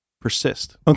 persist